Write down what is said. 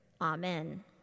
Amen